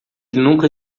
nunca